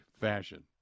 fashion